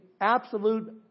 absolute